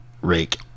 Rake